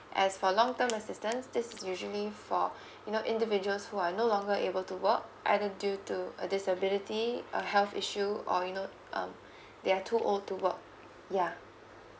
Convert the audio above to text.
as for long term assistance this is usually for you know individuals who are no longer able to work either due to a disability a health issue or you know um they're too old to work yeah